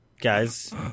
Guys